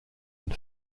and